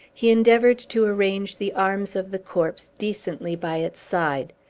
he endeavored to arrange the arms of the corpse decently by its side.